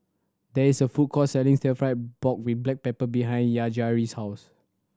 there is a food court selling Stir Fry pork with black pepper behind Yajaira's house